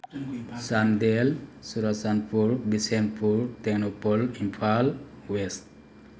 Chandel Churachandpur Bishnupur Tengnoupal Imphal west